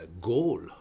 Goal